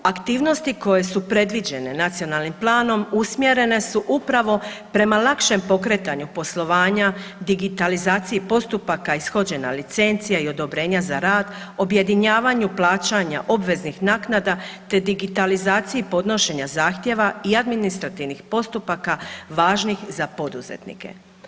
Aktivnosti koje su predviđene Nacionalnim planom, usmjere su upravo prema lakšem pokretanju poslovanja, digitalizacije postupaka ishođenja licencije i odobrenja za rad, objedinjavanju plaćanja obveznih naknada te digitalizaciji podnošenja zahtjeva i administrativnih postupaka važnih za poduzetnike.